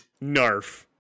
NARF